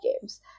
games